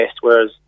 whereas